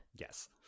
Yes